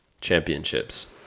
Championships